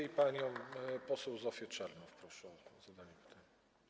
I panią poseł Zofię Czernow proszę o zadanie pytania.